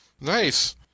Nice